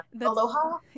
aloha